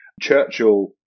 Churchill